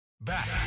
back